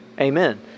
Amen